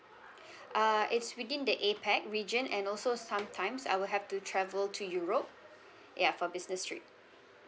uh it's within the APAC region and also sometimes I will have to travel to europe ya for business trip